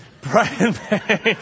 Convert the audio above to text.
Brian